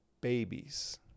babies